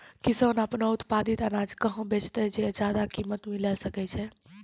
किसान आपनो उत्पादित अनाज कहाँ बेचतै जे ज्यादा कीमत मिलैल सकै छै?